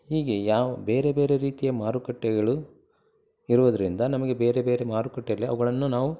ಹೀಗೆ ಯಾವ ಬೇರೆ ಬೇರೆ ರೀತಿಯ ಮಾರುಕಟ್ಟೆಗಳು ಇರುವುದರಿಂದ ನಮಗೆ ಬೇರೆ ಬೇರೆ ಮಾರುಕಟ್ಟೆಯಲ್ಲಿ ಅವುಗಳನ್ನು ನಾವು